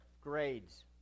Grades